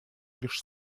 лишь